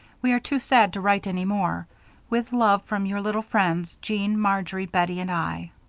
we are too sad to write any more with love from your little friends jean marjory bettie and i.